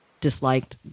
disliked